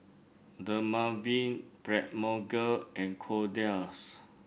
Dermaveen Blephagel and Kordel's